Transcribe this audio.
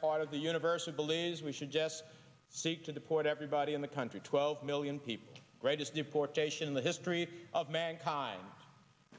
part of the universal believes we should just seek to deport everybody in the country twelve million people greatest deportation in the history of mankind